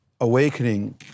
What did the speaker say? awakening